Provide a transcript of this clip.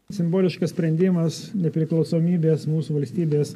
simboliškas sprendimas nepriklausomybės mūsų valstybės